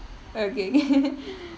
okay can